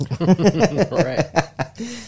Right